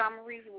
summaries